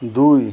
ଦୁଇ